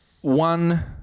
one